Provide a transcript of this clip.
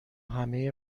همه